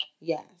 Yes